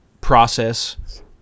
process